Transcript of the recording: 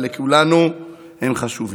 ולכולנו הם חשובים.